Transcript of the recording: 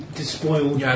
despoiled